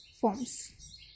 forms